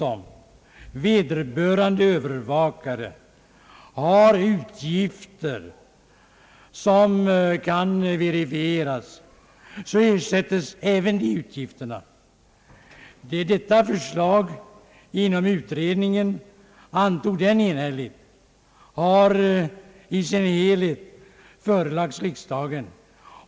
Om vederbörande dessutom haft andra utgifter som kan verifieras ersätts även dessa. Det är detta enhälliga förslag som nu i sin helhet har förelagts riksdagen.